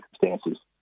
circumstances